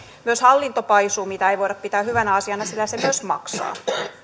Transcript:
myös hallinto paisuu mitä ei voida pitää hyvänä asiana sillä se myös maksaa